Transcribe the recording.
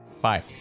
Bye